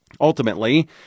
Ultimately